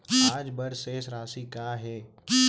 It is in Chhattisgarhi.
आज बर शेष राशि का हे?